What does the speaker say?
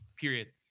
Period